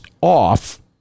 off